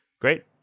Great